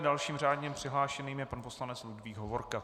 Dalším řádně přihlášeným je pan poslanec Ludvík Hovorka.